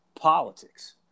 politics